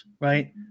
right